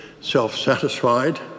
self-satisfied